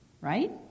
right